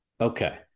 Okay